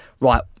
right